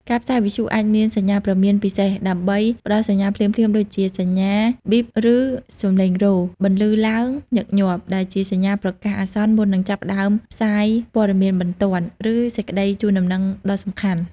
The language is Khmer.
ការផ្សាយវិទ្យុអាចមានសញ្ញាព្រមានពិសេសដើម្បីផ្តល់សញ្ញាភ្លាមៗដូចជា សញ្ញា ប៊ីប ឬសំឡេងរោទិ៍បន្លឺឡើងញឹកញាប់ ដែលជាសញ្ញាប្រកាសអាសន្នមុននឹងចាប់ផ្តើមផ្សាយព័ត៌មានបន្ទាន់ ឬសេចក្តីជូនដំណឹងដ៏សំខាន់។